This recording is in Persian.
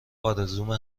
آرزومه